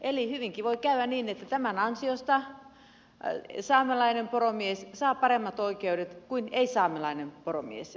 eli hyvinkin voi käydä niin että tämän ansiosta saamelainen poromies saa paremmat oikeudet kuin ei saamelainen poromies